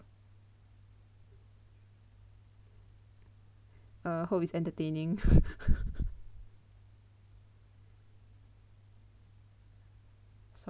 uh hope it's entertaining